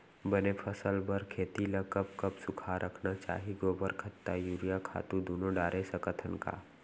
बने फसल बर खेती ल कब कब सूखा रखना चाही, गोबर खत्ता और यूरिया खातू दूनो डारे सकथन का?